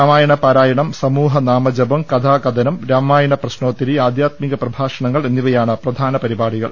രാമായണ പാരായണം സമൂഹ നാമജപം കഥാകഥ നം രാമയണ പ്രശ്നോത്തരി ആദ്യാത്മിക പ്രഭാഷണങ്ങൾ എന്നിവ യാണ് പ്രധാന പരിപാടികൾ